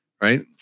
right